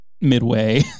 midway